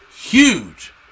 huge